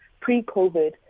pre-COVID